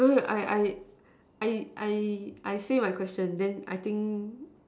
wait wait I I I I say my question then I think